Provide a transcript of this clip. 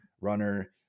runner